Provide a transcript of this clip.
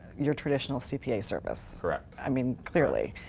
your traditional cpa service? correct. i mean, clearly.